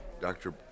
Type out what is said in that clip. Dr